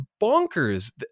bonkers